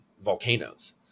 volcanoes